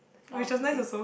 oh okay